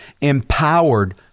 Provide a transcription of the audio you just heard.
empowered